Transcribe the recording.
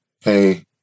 hey